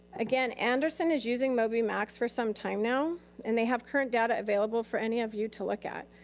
again, anderson is using moby max for some time now and they have current data available for any of you to look at.